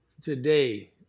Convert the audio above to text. today